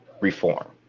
reform